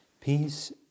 Peace